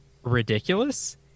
Ridiculous